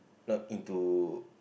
not into